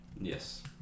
Yes